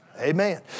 Amen